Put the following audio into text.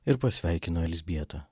ir pasveikino elzbietą